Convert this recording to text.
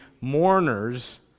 mourners